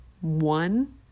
one